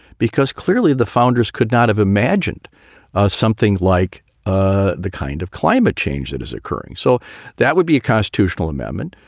because clearly the founders could not have imagined something like ah the kind of climate change that is occurring. so that would be a constitutional amendment.